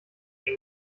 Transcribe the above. dem